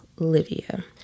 Olivia